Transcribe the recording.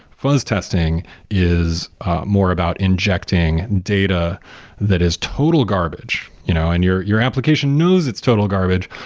fuzz testing is more about injecting data that is total garbage you know and your your application knows it's total garbage,